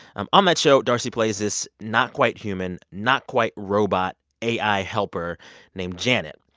um on that show, d'arcy plays this not-quite-human, not-quite-robot ai helper named janet.